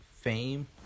fame